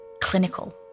Clinical